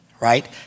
right